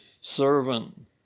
servant